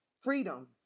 freedom